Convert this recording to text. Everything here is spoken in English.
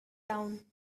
down